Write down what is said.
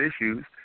issues